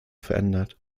verändert